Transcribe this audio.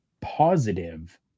positive